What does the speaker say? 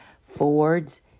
Fords